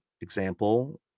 example